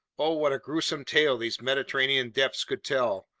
oh, what a gruesome tale these mediterranean depths could tell,